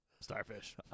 starfish